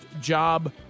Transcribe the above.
job